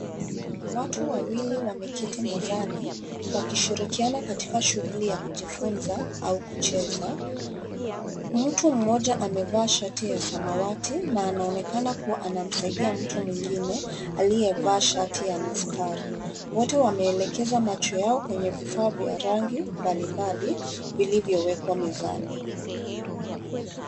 Watu wawili wameketi mezani wakishirikiana katika shughuli ya kujifunza au kucheza. Mtu mmoja amevaa shati ya samawati na anaonekana kuwa anamsaidia mtu mwingine aliyevaa shati ya mistari. Wote wameelekeza macho yao kwenye vifaa vya rangi mbalimbali vilivyowekwa mezani.